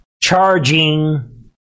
charging